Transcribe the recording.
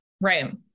Right